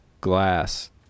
glass